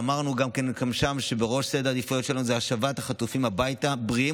ואמרנו גם שם שהשבת החטופים הביתה בריאים